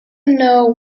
know